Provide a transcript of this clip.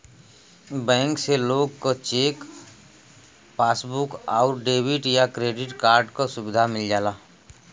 bank से लोग क चेक, पासबुक आउर डेबिट या क्रेडिट कार्ड क सुविधा मिल जाला